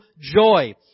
joy